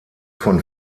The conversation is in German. von